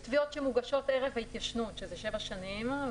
יש תביעות שמוגשות ערב ההתיישנות, שזה שבע שנים.